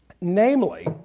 namely